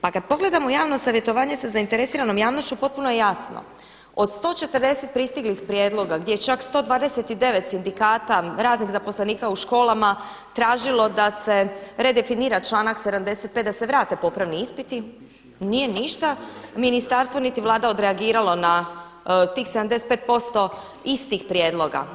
Pa kada pogledamo javno savjetovanje sa zainteresiranom javnošću potpuno je jasno, od 140 pristiglih prijedloga gdje je čak 129 sindikata, raznih zaposlenika u školama tražilo da se redefinira članak 75. da se vrate popravni ispiti, nije ništa Ministarstvo niti Vlada odreagiralo na tih 75% istih prijedloga.